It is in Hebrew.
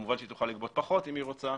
כמובן, היא תוכל לגבות פחות אם היא רוצה,